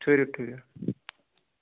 ٹھٕہرِو ٹھٕہرِو